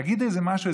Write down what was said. תגיד משהו,